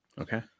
Okay